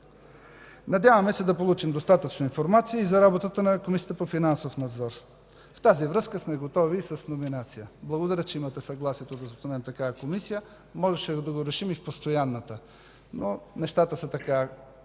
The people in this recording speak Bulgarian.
Надяваме се да получим достатъчно информация и за работата на Комисията по финансов надзор. В тази връзка сме готови с номинация. Благодаря, че имате съгласието да основем такава Комисия. Можеше да го решим и в постоянната, но нещата са така.